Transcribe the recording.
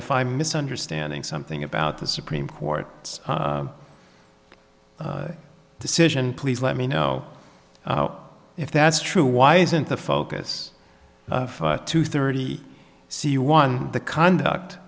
if i'm misunderstanding something about the supreme court decision please let me know if that's true why isn't the focus of two thirty c one the conduct